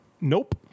Nope